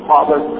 Father